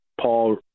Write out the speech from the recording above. Paul